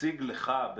הציג לך,